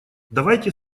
давайте